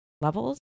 levels